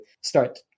start